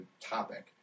topic